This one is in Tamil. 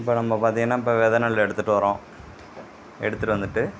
இப்போ நம்ப பார்த்திங்கனா இப்போ வெதை நெல் எடுத்துட்டு வரோம் எடுத்துட்டு வந்துட்டு